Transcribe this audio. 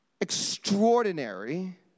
extraordinary